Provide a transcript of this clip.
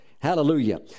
Hallelujah